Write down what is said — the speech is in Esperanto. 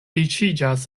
riĉiĝas